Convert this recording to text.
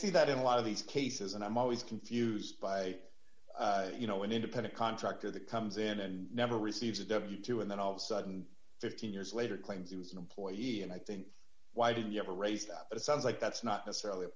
see that in a lot of these cases and i'm always confused by you know an independent contractor that comes in and never receives it up to and then all of sudden fifteen years later claims he was an employee and i think why do you have a race that sounds like that's not necessarily